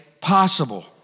possible